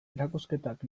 erakusketak